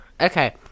Okay